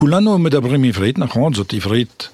כולנו מדברים עברית, נכון, זאת עברית